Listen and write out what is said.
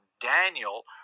Daniel